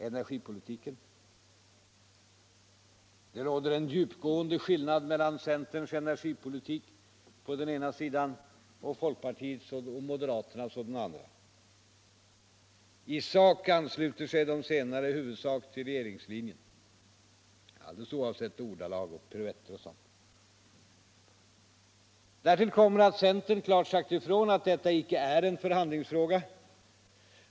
Det råder en djupgående skillnad mellan centerns energipolitik å ena sidan och folkpartiets och moderaternas å andra sidan. I sak ansluter sig de senare i huvudsak till regeringslinjen — alldeles oavsett ordalag, piruetter och sådant. Därtill kommer att centern klart sagt ifrån att detta inte är en förhandlingsfråga.